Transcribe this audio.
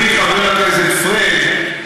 חברי חבר הכנסת פריג',